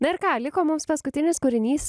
na ir ką liko mums paskutinis kūrinys